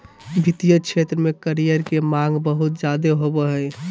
वित्तीय क्षेत्र में करियर के माँग बहुत ज्यादे होबय हय